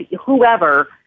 whoever